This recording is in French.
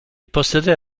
possédait